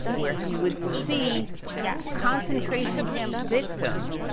where he would see concentration camp victims,